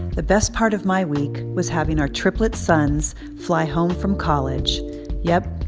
the best part of my week was having our triplet sons fly home from college yep,